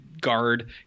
guard